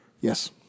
Yes